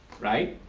right?